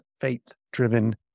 faith-driven